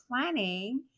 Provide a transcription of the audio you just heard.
planning